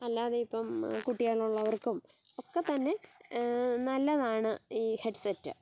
അല്ലാതെ ഇപ്പം കുട്ടികളുള്ളവർക്കും ഒക്കെ തന്നെ നല്ലതാണ് ഈ ഹെഡ്സെറ്റ്